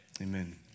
Amen